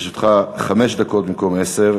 לרשותך חמש דקות במקום עשר,